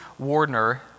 Wardner